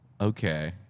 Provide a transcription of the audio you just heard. Okay